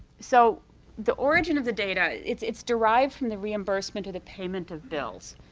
so the origin of the data, it's it's derived from the reimbursement of the payment of bills,